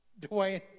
Dwayne